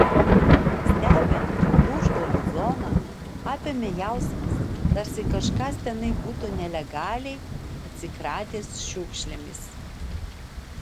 stebint lūžgalių zoną apėmė jausmas tarsi kažkas tenai būtų nelegaliai atsikratęs šiukšlėmis